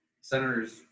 senators